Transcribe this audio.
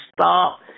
stop